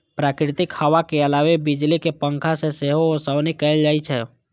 प्राकृतिक हवा के अलावे बिजली के पंखा से सेहो ओसौनी कैल जाइ छै